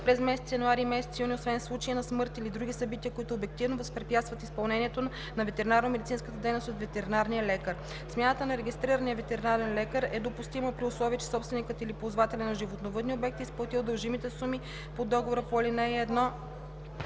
през месец януари и месец юни, освен в случай на смърт или други събития, които обективно възпрепятстват изпълнението на ветеринарномедицинската дейност от ветеринарния лекар. Смяната на регистрирания ветеринарен лекар е допустима, при условие че собственикът или ползвателят на животновъдния обект е изплатил дължимите суми по договора по ал. 1